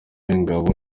w’ingabo